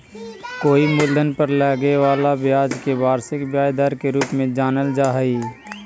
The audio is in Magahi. कोई मूलधन पर लगे वाला ब्याज के वार्षिक ब्याज दर के रूप में जानल जा हई